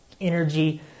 energy